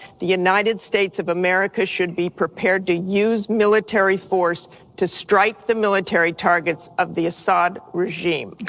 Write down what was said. the united states of america should be prepared to use military force to strike the military targets of the assad regime.